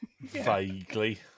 Vaguely